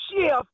shift